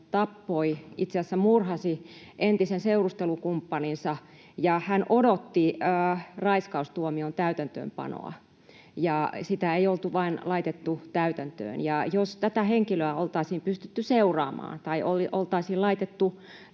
tappoi, itse asiassa murhasi, entisen seurustelukumppaninsa. Hän odotti raiskaustuomion täytäntöönpanoa, ja sitä ei oltu vain laitettu täytäntöön. Jos tätä henkilöä oltaisiin pystytty seuraamaan tai oltaisiin laitettu